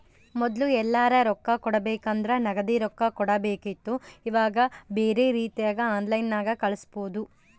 ಮೊದ್ಲು ಎಲ್ಯರಾ ರೊಕ್ಕ ಕೊಡಬೇಕಂದ್ರ ನಗದಿ ರೊಕ್ಕ ಕೊಡಬೇಕಿತ್ತು ಈವಾಗ ಬ್ಯೆರೆ ರೀತಿಗ ಆನ್ಲೈನ್ಯಾಗ ಕಳಿಸ್ಪೊದು